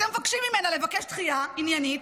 אתם מבקשים ממנה לבקש דחייה עניינית,